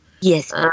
Yes